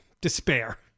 despair